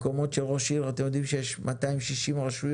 מקומות שראש עיר, אתם יודעים שיש 260 רשויות,